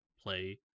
play